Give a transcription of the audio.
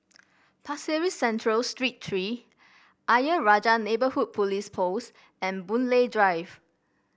Pasir Ris Central Street Three Ayer Rajah Neighbourhood Police Post and Boon Lay Drive